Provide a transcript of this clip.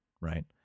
right